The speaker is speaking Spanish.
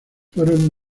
fueron